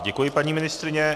Děkuji, paní ministryně.